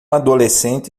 adolescente